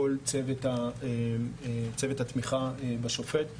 לכל צוות התמיכה בשופט.